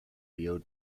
leo